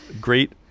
great